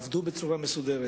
אנשים שעבדו בצורה מסודרת.